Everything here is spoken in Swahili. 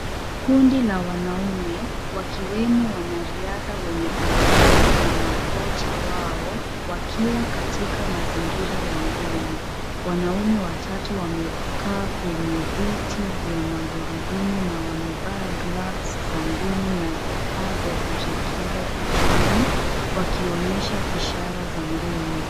Kundi la wanaume wakiwemo wanariadha wenye ulemavu na makocha wao wakiwa katika mazingira ya ngumi. Wanaume watatu wamekaa kwenye viti vya magurudumu na mamevaa gloves za ngumi na vifaa vya kujikinga kichwani wakionyesha ishara za ngumi.